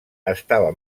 estava